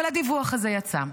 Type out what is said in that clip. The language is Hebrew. אבל הדיווח הזה יצא.